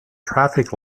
traffic